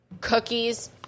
cookies